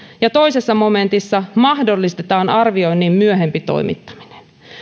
ja toisessa momentissa mahdollistetaan arvioinnin myöhempi toimittaminen